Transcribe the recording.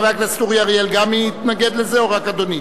חבר הכנסת אורי אריאל גם מתנגד לזה או רק אדוני?